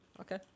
Okay